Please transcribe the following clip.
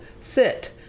sit